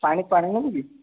ପାଣି ପାଣି ନବୁ କି